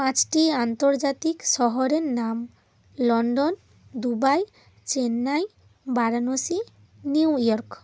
পাঁচটি আন্তর্জাতিক শহরের নাম London Dubai Chennai Varanasi New York